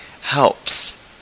helps